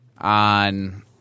on